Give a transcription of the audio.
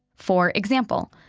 for example,